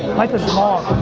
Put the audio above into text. life is long.